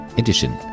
edition